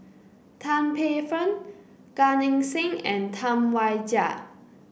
Tan Paey Fern Gan Eng Seng and Tam Wai Jia